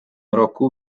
roku